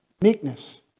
Meekness